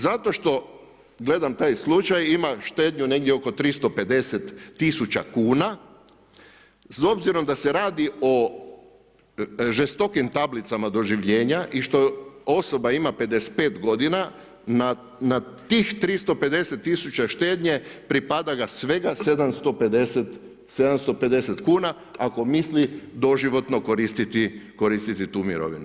Zato što gledam taj slučaj, ima štednju negdje oko 350 tisuća kuna, s obzirom da se radi o žestokim tablicama doživljenja i što osoba ima 55 godina na tih 350 tisuća štednje pripada ga svega 750 kuna, ako misli doživotno koristiti tu mirovinu.